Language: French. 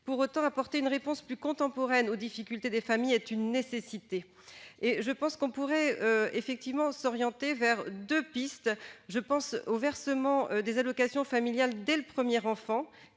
Pour autant, apporter une réponse plus contemporaine aux difficultés des familles est une nécessité. On pourrait à mon sens envisager deux pistes : le versement des allocations familiales dès le premier enfant,